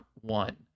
one